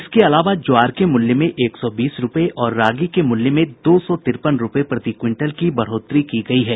इसके अलावा ज्वार के मूल्य में एक सौ बीस रुपये और रागी के मूल्य में दो सौ तिरपन रुपये प्रति क्विंटल की बढ़ोतरी की गई है